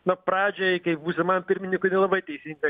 na pradžiai kaip būsimam pirmininkui nelabai teisingą